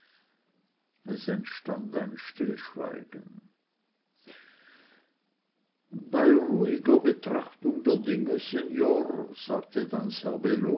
es entstand ein stillschweigen bei ruhiger betrachtung der dinge sennor sagte